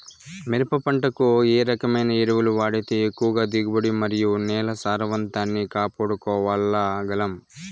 మిరప పంట కు ఏ రకమైన ఎరువులు వాడితే ఎక్కువగా దిగుబడి మరియు నేల సారవంతాన్ని కాపాడుకోవాల్ల గలం?